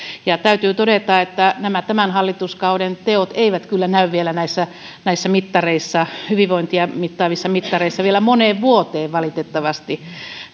ja täytyy todeta että nämä tämän hallituskauden teot eivät kyllä vielä näy näissä hyvinvointia mittaavissa mittareissa vielä moneen vuoteen valitettavasti